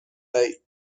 دهید